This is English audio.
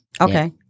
Okay